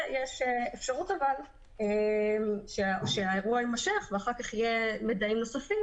אבל יש אפשרות שהאירוע יימשך ואחר כך יהיו מידעים נוספים,